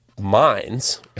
minds